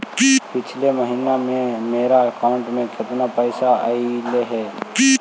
पिछले महिना में मेरा अकाउंट में केतना पैसा अइलेय हे?